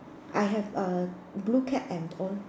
I have a blue cap and al~